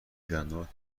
گندمت